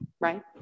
right